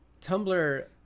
Tumblr